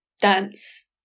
dance